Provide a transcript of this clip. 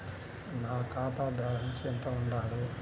నా ఖాతా బ్యాలెన్స్ ఎంత ఉండాలి?